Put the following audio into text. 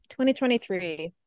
2023